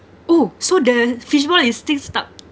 !woo! so the fishbone is still stuck